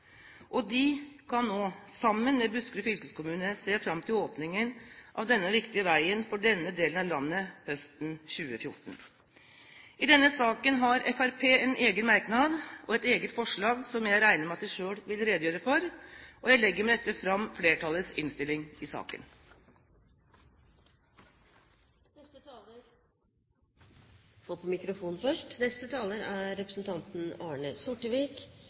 De kan nå sammen med Buskerud fylkeskommune se fram til åpningen av denne viktige veien for denne delen av landet høsten 2014. I denne saken har Fremskrittspartiet en egen merknad og et eget forslag som jeg regner med at de selv vil redegjøre for. Jeg legger med dette fram flertallets innstilling i saken. Bygging av ny rv. 7 mellom Sokna og Ørgenvika i Buskerud fylke er